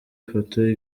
foto